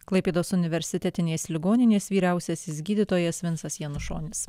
klaipėdos universitetinės ligoninės vyriausiasis gydytojas vinsas janušonis